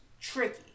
tricky